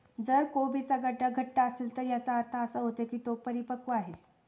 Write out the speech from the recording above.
जर कोबीचा गड्डा घट्ट असेल तर याचा अर्थ असा होतो की तो परिपक्व आहे